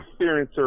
experiencer